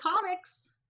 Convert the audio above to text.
Comics